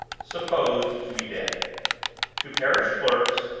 supposed to be dead to parish clerks,